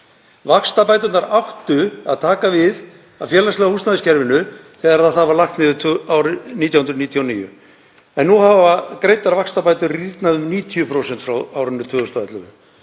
Vaxtabæturnar áttu að taka við af félagslega húsnæðiskerfinu þegar það var lagt niður árið 1999 en nú hafa greiddar vaxtabætur rýrnað um 90% frá árinu 2011.